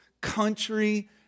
country